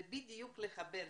זה בדיוק חיבור,